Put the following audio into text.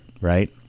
Right